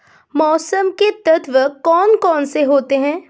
मौसम के तत्व कौन कौन से होते हैं?